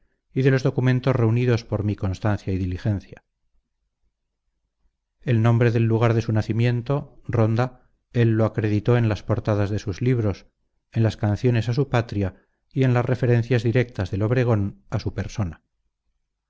de los documentos reunidos por mi constancia y diligencia el nombre del lugar de su nacimiento ronda él lo acreditó en las portadas de sus libros en las canciones a su patria y en las referencias directas del obregón a su persona